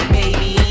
Baby